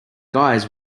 guys